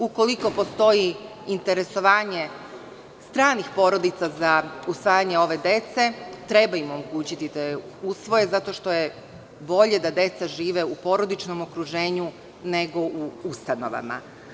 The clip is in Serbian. Ukoliko postoji interesovanje stranih porodica za usvajanje ove dece treba im omogućiti da ih usvoje zato što je bolje da deca žive u porodičnom okruženju nego u ustanovama.